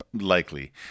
Likely